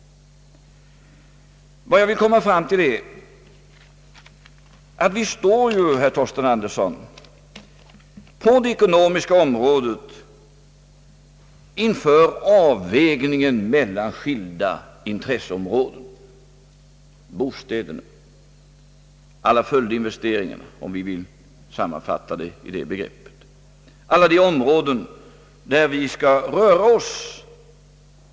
Vad jag vill komma fram till, herr Torsten Andersson, är att vi på det ekonomiska området står inför avvägningen mellan skilda intresseområden, bostäderna och alla följdinvesteringar, om vi vill sammanfatta det så.